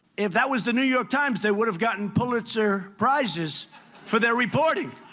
if that was the new york times they would have gotten pulitzer prizes for their reporting.